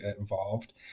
involved